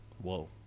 Whoa